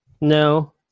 No